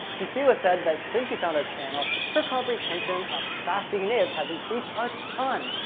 kissila said that since she found our channel, her comprehension of fast-speaking natives has increased a ton.